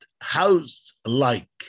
house-like